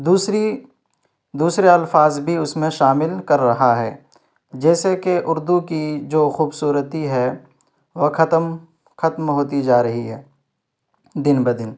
دوسری دوسرے الفاظ بھی اس میں شامل کر رہا ہے جیسے کہ اردو کی جو خوبصورتی ہے وہ ختم ختم ہوتی جا رہی ہے دن بہ دن